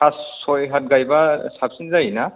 फास सय हाथ गायबा साबसिन जायो ना